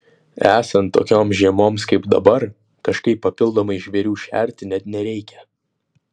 esant tokioms žiemoms kaip dabar kažkaip papildomai žvėrių šerti net nereikia